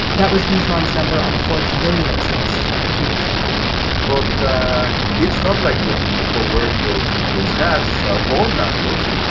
that was guzman's number on a forbes billionaires list a few years back but it's not like the people who were wearing those those hats are all narcos.